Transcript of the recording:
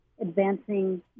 advancing